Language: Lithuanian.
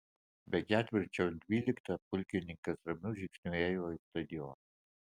be ketvirčio dvyliktą pulkininkas ramiu žingsniu ėjo į stadioną